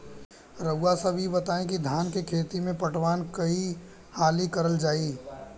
रउवा सभे इ बताईं की धान के खेती में पटवान कई हाली करल जाई?